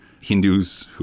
Hindus